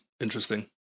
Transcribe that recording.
interesting